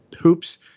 hoops